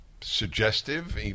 suggestive